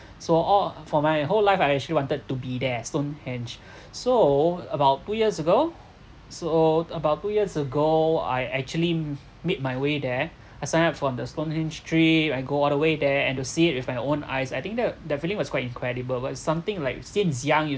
so all for my whole life I actually wanted to be there stonehenge so about two years ago so about two years ago I actually made my way there I signed up for the stonehenge trip I go all the way there and to see it with my own eyes I think that definitely was quite incredible but something like since young you